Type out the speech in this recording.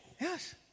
Yes